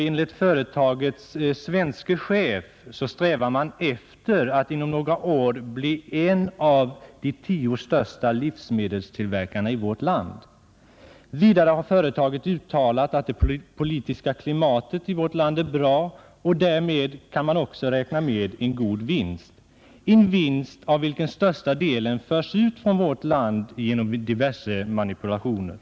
Enligt företagets svenske chef strävar man efter att inom några år bli en av de tio största livsmedelstillverkarna i vårt land. Vidare har man från företaget uttalat att det politiska klimatet i vårt land är bra, och därmed kan man också räkna med en god vinst, en vinst av vilken största delen förs ut från vårt land genom diverse manipulationer.